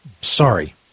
Sorry